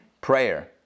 prayer